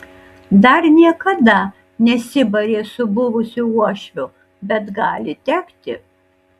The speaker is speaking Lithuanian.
dar niekada nesibarė su buvusiu uošviu bet gali tekti